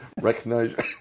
Recognize